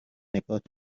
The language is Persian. نگات